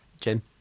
Jim